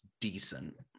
decent